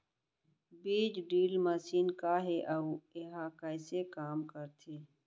बीज drill machine का हे अऊ एहा कइसे काम करथे?